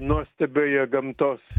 nuostabioje gamtos